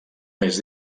més